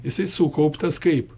jisai sukauptas kaip